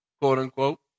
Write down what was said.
quote-unquote